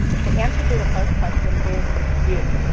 the answer to the first question is you.